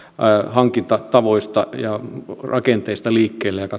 hankintatavoista ja rakenteista liikkeelle